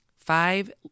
five